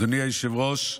אדוני היושב-ראש,